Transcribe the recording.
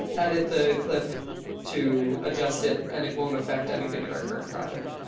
edit the clip to adjust it and it won't affect anything in our current project.